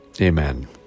Amen